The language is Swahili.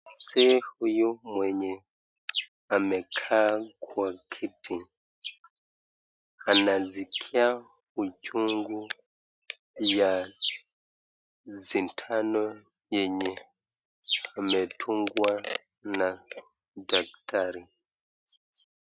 Mzee huyu mwenye amekaa kwa kiti anasikia uchungu ya sindano yenye amedungwa na daktari.